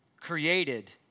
created